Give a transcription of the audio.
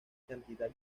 cantidad